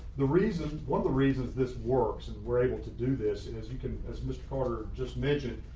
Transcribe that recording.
the reason one of the reasons this works and we're able to do this and as you can, as mr. carter just mentioned,